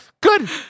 Good